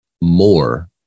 more